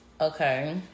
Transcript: Okay